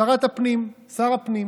שר הפנים.